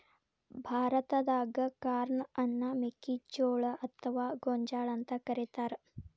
ಭಾರತಾದಾಗ ಕಾರ್ನ್ ಅನ್ನ ಮೆಕ್ಕಿಜೋಳ ಅತ್ವಾ ಗೋಂಜಾಳ ಅಂತ ಕರೇತಾರ